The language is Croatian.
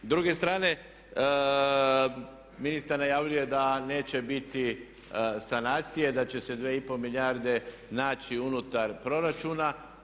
S druge strane, ministar najavljuje da neće biti sanacije, da će se 2,5 milijarde naći unutar proračuna.